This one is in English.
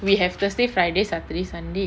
we have thursday friday saturday sunday